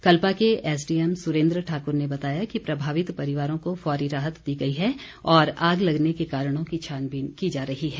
कल्पा के एसडीएम सुरेन्द्र ठाकुर ने बताया कि प्रभावित परिवार को फौरी राहत दी गई है और आग लगने के कारणों की छानबीन की जा रही है